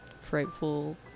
frightful